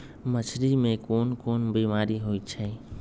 मछरी मे कोन कोन बीमारी होई छई